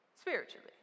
Spiritually